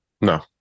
No